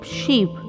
sheep